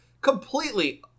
completely